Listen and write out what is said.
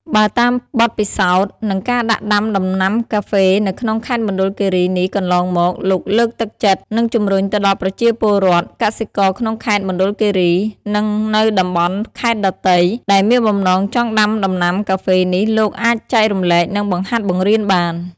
បើតាមបទពិសោធ និងការដាក់ដាំដំណាំកាហ្វេនៅក្នុងខេត្តមណ្ឌលគិរីនេះកន្លងមក លោកលើកទឹកចិត្ត និងជំរុញទៅដល់ប្រជាពលរដ្ឋ កសិករក្នុងខេត្តមណ្ឌលគិរី និងនៅតំបន់ខេត្តដ៏ទៃ ដែលមានបំណងចង់ដាំដំណាំកាហ្វេនេះលោកអាចចែករំលែក និងបង្ហាត់បង្រៀនបាន។